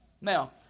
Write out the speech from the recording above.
Now